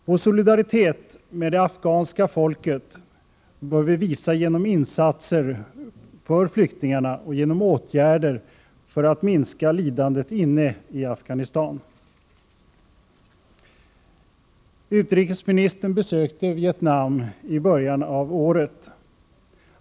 Vår solidaritet med det afghanska folket bör vi visa genom insatser för flyktingarna och genom åtgärder för att minska lidandet inne i Afghanistan. Utrikesministern besökte Vietnam i början av året.